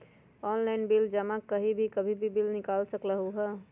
Online bill जमा कहीं भी कभी भी बिल निकाल सकलहु ह?